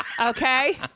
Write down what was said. Okay